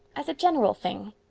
as a general thing.